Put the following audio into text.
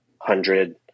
hundred